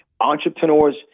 entrepreneurs